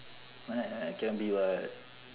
what I can be [what]